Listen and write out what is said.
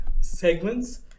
segments